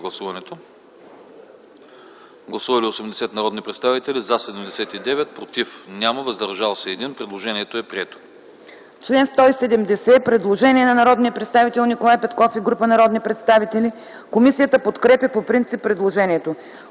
Гласували 81 народни представители: за 79, против няма, въздържали се 2. Предложението е прието.